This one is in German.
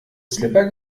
slipper